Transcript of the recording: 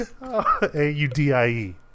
A-U-D-I-E